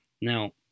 Now